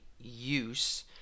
use